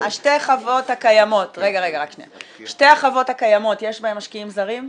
בשתי החוות הקיימות יש משקיעים זרים?